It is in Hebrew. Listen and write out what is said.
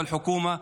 ולצערי גם הממשלה,